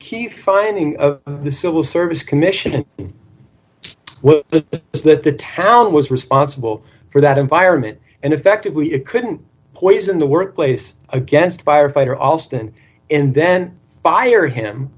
key finding of the civil service commission but is that the town was responsible for that environment and effectively it couldn't poison the workplace against firefighter allston and then fire him